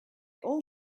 all